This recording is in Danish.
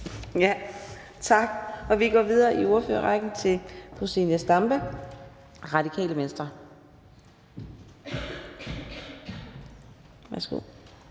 Tak. Vi går videre i ordførerrækken til fru Zenia Stampe, Radikale Venstre.